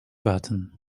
button